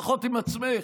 לפחות עם עצמך,